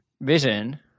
vision